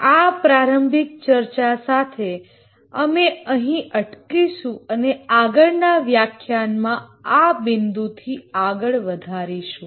આ પ્રારંભિક ચર્ચા સાથે અમે અહીં અટકીશું અને આગળના વ્યાખ્યાનમાં આ બિંદુથી આગળ વધારીશું